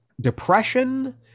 depression